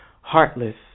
heartless